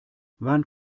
wann